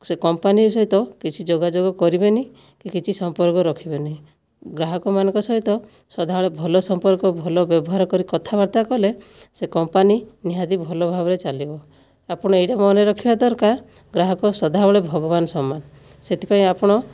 ସେ କମ୍ପାନୀ ସହିତ କିଛି ଯୋଗାଯୋଗ କରିବେନାହିଁ କି କିଛି ସମ୍ପର୍କ ରଖିବେନାହିଁ ଗ୍ରାହକମାନଙ୍କ ସହିତ ସଦାବେଳେ ଭଲ ସମ୍ପର୍କ ଭଲ ବ୍ୟବହାର କରି କଥାବାର୍ତ୍ତା କଲେ ସେ କମ୍ପାନୀ ନିହାତି ଭଲ ଭାବରେ ଚାଲିବ ଆପଣ ଏଇଟା ମନେ ରଖିବା ଦରକାର ଗ୍ରାହକ ସଦାବେଳେ ଭଗବାନ ସମାନ ସେଥିପାଇଁ ଆପଣ